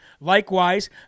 Likewise